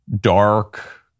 dark